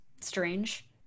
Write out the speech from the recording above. strange